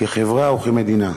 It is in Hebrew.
כחברה וכמדינה.